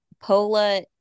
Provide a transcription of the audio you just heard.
Pola